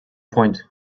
point